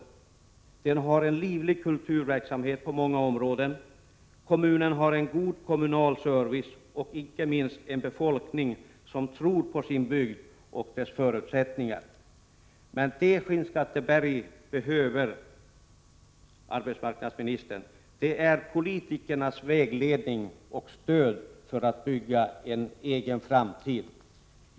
Kommunen har en livlig kulturverksamhet på många områden, en god kommunal service och icke minst en befolkning som tror på sin bygd och dess förutsättningar. Men vad Skinnskatteberg behöver, arbetsmarknadsministern, är politikernas vägledning och stöd för att bygga en egen framtid.